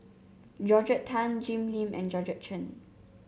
Georgette Chen Jim Lim and Georgette Chen